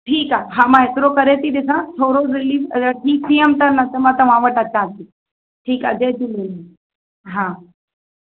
ठीकु आहे मां एतिरो करे डिसां थी रीलीफ अगरि ठीकु थी वियमिन त मां तव्हां वटि अचां थी ठीकु आहे जय झूलेलाल हा